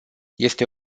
este